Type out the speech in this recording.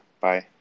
bye